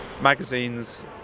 magazines